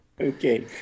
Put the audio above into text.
Okay